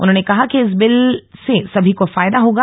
उन्होंने कहा कि इस बिल से सभी को फायदा होगा